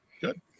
Good